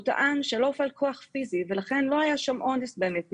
הוא טען שלא הופעל כוח פיזי ולכן לא היה שם אונס באמת מבחינתו.